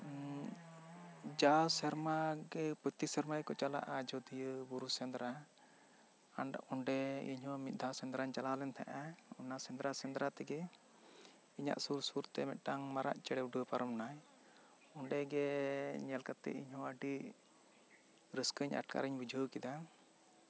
ᱡᱟᱣ ᱥᱮᱨᱢᱟ ᱜᱮ ᱯᱨᱚᱛᱤ ᱥᱮᱨᱢᱟ ᱜᱮ ᱠᱚ ᱪᱟᱞᱟᱜᱼᱟ ᱟᱡᱚᱫᱷᱤᱭᱟᱹ ᱵᱩᱨᱩ ᱥᱮᱸᱫᱽᱨᱟ ᱚᱸᱰᱮ ᱢᱤᱫ ᱫᱷᱟᱣ ᱥᱮᱸᱫᱽᱨᱟᱧ ᱪᱟᱞᱟᱣ ᱞᱮᱱ ᱛᱟᱦᱮᱸᱡ ᱟ ᱚᱱᱟ ᱥᱮᱸᱫᱽᱨᱟ ᱥᱮᱸᱫᱽᱨᱟ ᱛᱮᱜᱮ ᱤᱧᱟᱹᱜ ᱥᱩᱨ ᱥᱩᱨ ᱛᱮ ᱢᱤᱫ ᱴᱟᱝ ᱢᱟᱨᱟᱜ ᱪᱮᱬᱮ ᱩᱰᱟᱹᱣ ᱯᱟᱨᱚᱢ ᱮᱱᱟᱭ ᱚᱸᱰᱮ ᱜᱮ ᱧᱮᱞ ᱠᱟᱛᱮ ᱤᱧ ᱦᱚᱸ ᱟᱹᱰᱤ ᱨᱟᱹᱥᱠᱟᱹᱧ ᱟᱴᱠᱟᱨ ᱤᱧ ᱵᱩᱡᱷᱟᱹᱣ ᱠᱮᱫᱟ